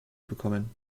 bekommen